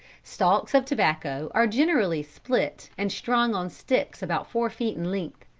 stalks of tobacco are generally split and strung on sticks about four feet in length.